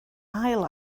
haul